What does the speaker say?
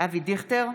אבי דיכטר,